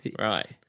Right